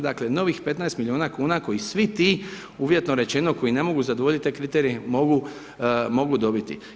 Dakle, novih 15 milijuna kn, koji svi ti uvjetno rečeno, koji ne mogu zadovoljiti te kriterije mogu dobiti.